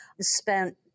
spent